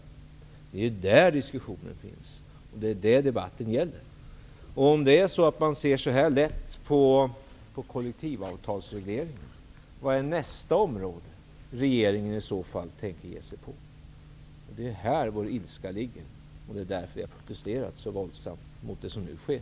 Det är där diskussionen finns, och det är det debatten gäller. Om man ser så här lätt på kollektivavtalsregleringen, vilket är nästa område som regeringen i så fall tänker ge sig på? Det är detta som förorsakar vår ilska, och det är därför vi har protesterat så våldsamt mot det som nu sker.